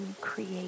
create